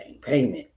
payment